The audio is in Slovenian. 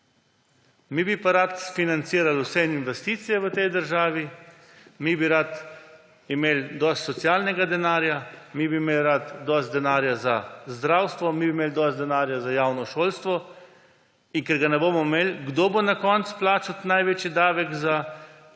Mi bi pa radi sfinancirali vse investicije v tej državi, mi bi radi imeli dosti socialnega denarja, mi bi radi imeli dosti denarja za zdravstvo, mi bi imeli dosti denarja za javno šolstvo. In ker ga ne bomo imeli, kdo bo na koncu plačal največji davek –